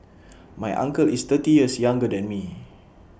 my uncle is thirty years younger than me